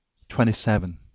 twenty seven.